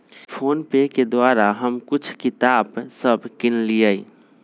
PhonePe के द्वारा हम कुछ किताप सभ किनलियइ